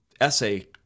essay